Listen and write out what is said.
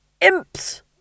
imps